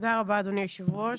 תודה רבה אדוני היושב-ראש.